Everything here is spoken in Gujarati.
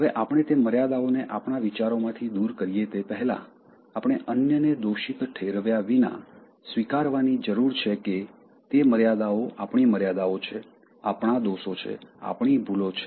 હવે આપણે તે મર્યાદાઓને આપણાં વિચારોમાંથી દૂર કરીએ તે પહેલા આપણે અન્યને દોષિત ઠેરવ્યા વિના સ્વીકારવાની જરૂર છે કે તે મર્યાદાઓ આપણી મર્યાદાઓ છે આપણા દોષો છે આપણી ભૂલો છે